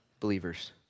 believers